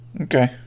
Okay